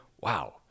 Wow